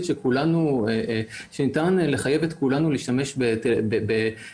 שלפיה ניתן לחייב את כולנו להשתמש בטלפונים